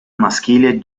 maschile